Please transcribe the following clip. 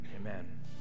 Amen